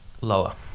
Lower